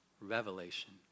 revelation